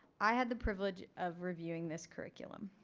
i had the privilege of reviewing this curriculum.